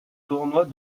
tournois